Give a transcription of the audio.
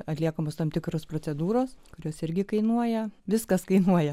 atliekamos tam tikros procedūros kurios irgi kainuoja viskas kainuoja